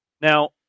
Now